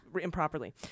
improperly